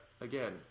again